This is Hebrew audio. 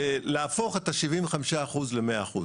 להפוך את ה-75% ל-100%.